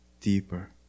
deeper